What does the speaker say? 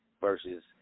versus